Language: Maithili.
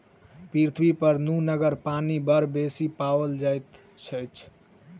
पृथ्वीपर नुनगर पानि बड़ बेसी पाओल जाइत अछि